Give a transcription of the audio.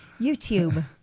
YouTube